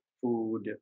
food